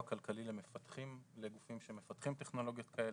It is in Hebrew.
כלכלי לגופים שמפתחים טכנולוגיות כאלה.